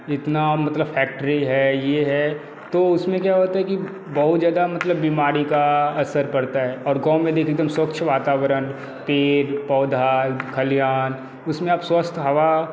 इतना मतलब फैक्ट्री है ये है तो उसमें क्या होता है कि बहुत ज़्यादा मतलब बीमारी का असर पड़ता है और गाँव में देखिए एक दम स्वच्छ वातावरण पेड़ पौधे खलिहान उसमें आप स्वस्थ हवा